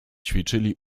ćwiczyli